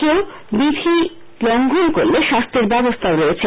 কেউ বিধি লঙ্ঘন করলে শাস্তির ব্যবস্হাও রয়েছে